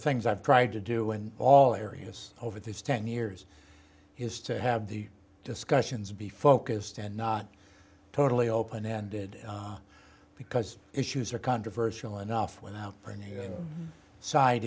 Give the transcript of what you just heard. things i've tried to do in all areas over these ten years is to have these discussions be focused and not totally open ended because issues are controversial enough without